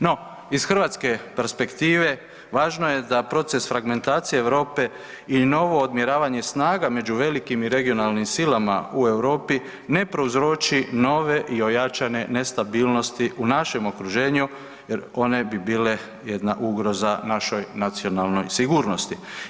No, iz hrvatske perspektive važno je da proces fragmentacije Europe i novo odmjeravanje snaga među velikim i regionalnim silama u Europi ne prouzroči nove i ojačane nestabilnosti u našem okruženju jer one bi bile jedna ugroza našoj nacionalnoj sigurnosti.